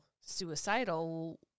suicidal